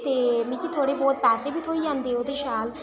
ते मिगी थोह्ड़े बहुत पैसे बी थ्होई जंदे ओह्दे शैल